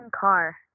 car